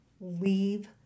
leave